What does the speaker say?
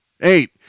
Eight